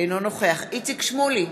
אינו נוכח איציק שמולי,